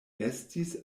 estis